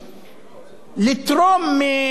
לתרום מהכסף הציבורי